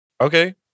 Okay